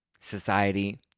society